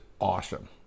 awesome